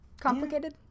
complicated